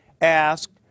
asked